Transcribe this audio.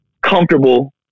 comfortable